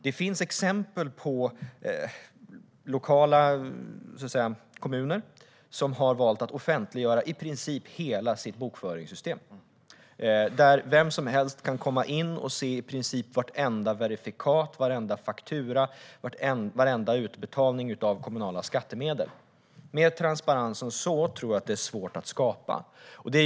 Det finns exempel på kommuner som har valt att offentliggöra i princip hela sitt bokföringssystem. Vem som helst kan se i princip vartenda verifikat, varenda faktura och varenda utbetalning av kommunala skattemedel. Mer transparens än så tror jag att det är svårt att skapa.